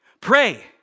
Pray